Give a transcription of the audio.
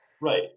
right